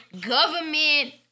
government